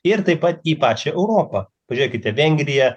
ir taip pat į pačią europą pažiūrėkite vengrija